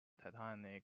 titanic